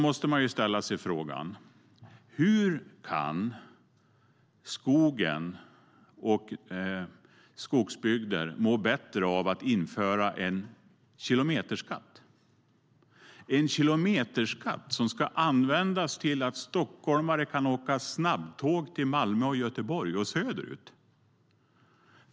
Hur kan skogen och skogsbygder må bättre av att man inför en kilometerskatt, som ska användas till att stockholmare kan åka snabbtåg till Malmö och Göteborg och söderut?